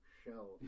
shell